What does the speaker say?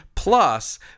Plus